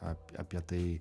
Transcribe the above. ap apie tai